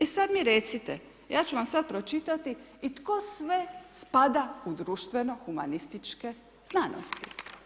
E sad mi recite, ja ću vam sad pročitati i tko sve spada u društveno humanističke znanosti.